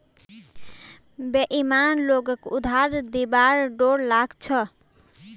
बेईमान लोगक उधार दिबार डोर लाग छ